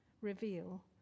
reveal